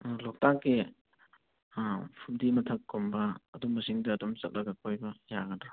ꯂꯣꯛꯇꯥꯛꯀꯤ ꯐꯨꯝꯗꯤ ꯃꯊꯛꯀꯨꯝꯕ ꯑꯗꯨꯝꯕꯁꯤꯡꯗ ꯑꯗꯨꯝ ꯆꯠꯂꯒ ꯀꯣꯏꯕ ꯌꯥꯒꯗ꯭ꯔꯥ